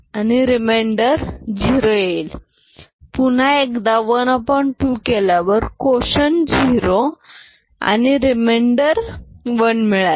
अणि पुन्हा एकदा ½ केल्यावर क्वोशन 0 आणि रेमैंडर 1 मिळाला